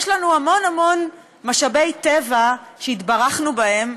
יש לנו המון המון משאבי טבע שהתברכנו בהם,